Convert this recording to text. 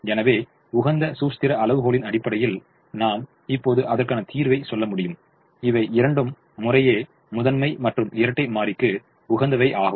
எனவே உகந்த சூஸ்திர அளவுகோலின் அடிப்படையில் நான் இப்போது அதற்கான தீர்வை சொல்ல முடியும் இவை இரண்டும் முறையே முதன்மை மற்றும் இரட்டைமாறிக்கு உகந்தவை ஆகும்